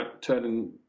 turning